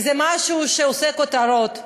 כי זה משהו שעושה כותרות.